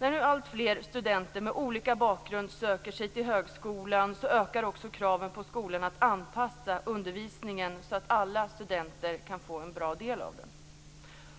När nu alltfler studenter med olika bakgrund söker sig till högskolan ökar också kraven på skolan att anpassa undervisningen så att alla studenter kan få en bra del av den.